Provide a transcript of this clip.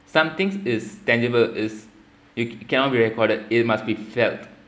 some things it's tangible it cannot be recorded it must be felt